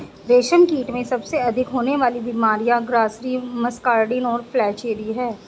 रेशमकीट में सबसे अधिक होने वाली बीमारियां ग्रासरी, मस्कार्डिन और फ्लैचेरी हैं